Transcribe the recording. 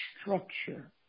structure